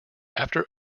after